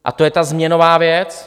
A to je ta změnová věc.